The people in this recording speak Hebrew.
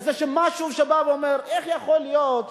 כשמישהו בא ואומר: איך יכול להיות